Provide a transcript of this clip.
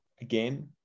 again